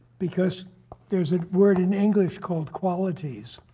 because there's a word in english called qualities.